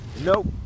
Nope